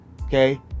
Okay